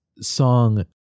song